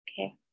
okay